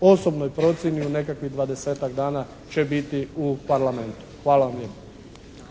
osobnoj procjeni u nekakvih 20-ak dana će biti u Parlamentu. Hvala vam lijepo.